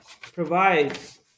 provides